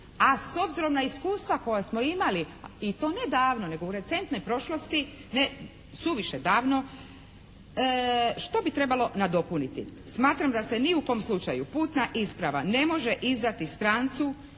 a s obzirom na iskustva koja smo imali i to ne davno nego u recentnoj prošlosti, ne suviše davno što bi trebalo nadopuniti? Smatram da se ni u kom slučaju putna isprava ne može izdati strancu